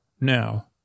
now